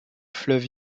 fleuve